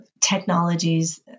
technologies